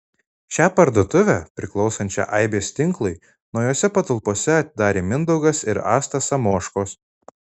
šią parduotuvę priklausančią aibės tinklui naujose patalpose atidarė mindaugas ir asta samoškos